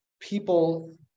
people